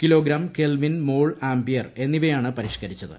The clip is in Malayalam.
കിലോഗ്രാം കെൽവിൻ മ്മോൾ ആംപിയർ എന്നിവയാണ് പരിഷ്ക്കരിച്ചത്